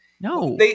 No